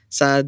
sa